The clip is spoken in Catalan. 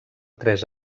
tres